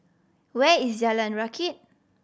where is Jalan Rakit